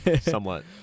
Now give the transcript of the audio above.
somewhat